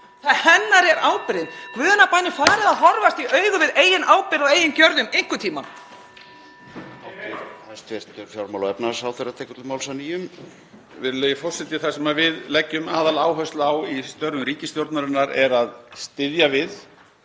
Hennar er ábyrgðin. Í guðanna bænum farið að horfast í augu við eigin ábyrgð á eigin gjörðum einhvern tímann.